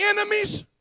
enemies